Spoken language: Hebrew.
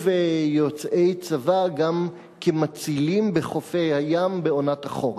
יוצאי צבא גם כמצילים בחופי הים בעונת החורף.